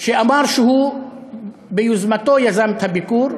שאמר שהוא יזם את הביקור,